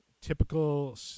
typical